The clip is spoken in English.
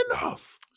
Enough